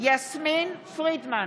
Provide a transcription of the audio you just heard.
יסמין פרידמן,